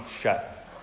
shut